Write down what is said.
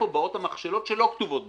באות המכשלות שלא כתובות ברפורמה.